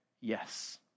yes